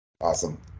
Awesome